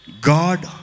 God